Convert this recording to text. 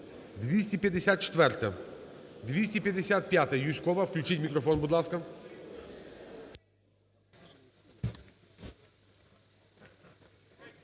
254-а. 255-а, Юзькова. Включіть мікрофон, будь ласка.